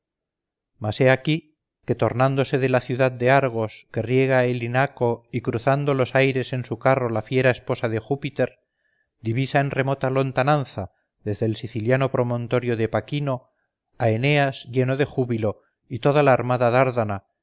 he aquí que tornándose de la ciudad de argos que riega el inaco y cruzando los aires en su carro la fiera esposa de júpiter divisa en remota lontananza desde el siciliano promontorio de paquino a eneas lleno de júbilo y toda la armada